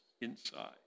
inside